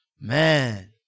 man